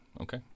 Okay